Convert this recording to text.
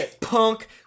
punk